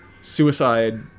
Suicide